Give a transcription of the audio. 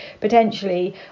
potentially